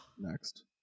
next